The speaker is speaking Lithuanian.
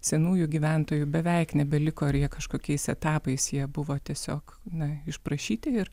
senųjų gyventojų beveik nebeliko ir jie kažkokiais etapais jie buvo tiesiog na išprašyti ir